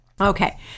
Okay